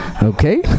Okay